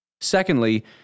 Secondly